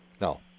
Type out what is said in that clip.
No